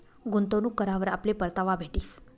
गुंतवणूक करावर आपले परतावा भेटीस